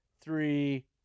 three